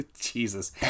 jesus